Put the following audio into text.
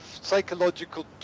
psychological